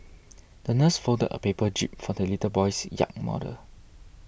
the nurse folded a paper jib for the little boy's yacht model